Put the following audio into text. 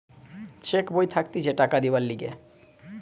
check বই থাকতিছে টাকা দিবার লিগে